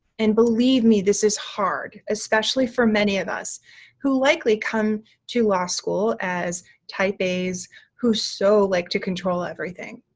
and believe me, this is hard, especially for many of us who likely come to law school as type as who so like to control everything.